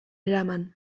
eraman